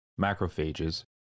macrophages